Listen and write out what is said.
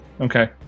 okay